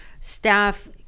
staff